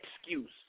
excuse